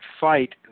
fight